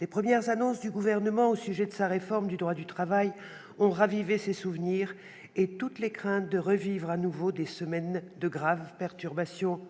Les premières annonces du Gouvernement au sujet de sa réforme du droit du travail ont ravivé ces souvenirs et fait craindre de revivre des semaines de graves perturbations.